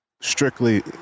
strictly